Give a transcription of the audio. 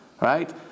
right